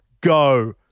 go